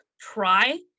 try